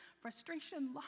frustration